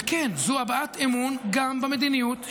וכן, זו הבעת אמון גם במדיניות שלנו,